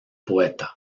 poeta